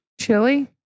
chili